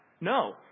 No